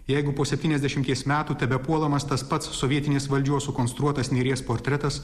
jeigu po septyniasdešimties metų tebepuolamas tas pats sovietinės valdžios sukonstruotas nėries portretas